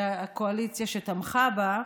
וחברי הקואליציה שתמכה בה,